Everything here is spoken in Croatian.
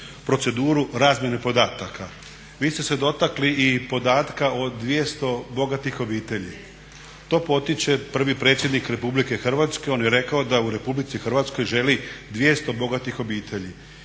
proceduru razmjene podataka. Vi ste se dotakli i podatka o 200 bogatih obitelj. To potiče, prvi predsjednik RH on je rekao da u RH želi 200 bogatih obitelji.